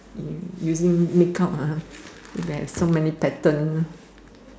using make up ah theres so many pattern